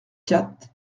quatre